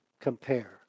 compare